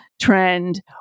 trend